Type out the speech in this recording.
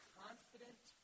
confident